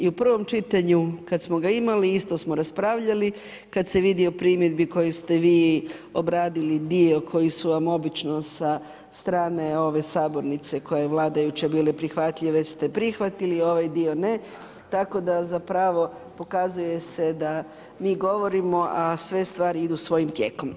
I u prvom čitanju kad smo ga imali, isto smo raspravljali, kad se vidi o primjedbi koju ste vi obradili, dio koji su vam obično sa strane ove sabornice koja je vladajuća bile prihvatljive ste prihvatili, ovaj dio ne, tako da zapravo pokazuje se da mi govorimo, a sve stvari idu svojim tijekom.